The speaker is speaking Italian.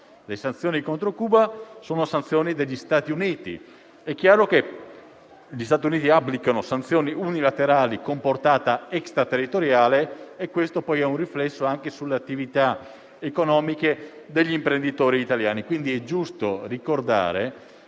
Le sanzioni contro Cuba sono degli Stati Uniti. È chiaro che gli Stati Uniti applicano sanzioni unilaterali con portata extraterritoriale e che questo ha un riflesso anche sulle attività economiche degli imprenditori italiani. Quindi, è giusto ricordare